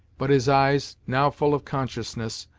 but his eyes, now full of consciousness,